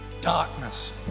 Darkness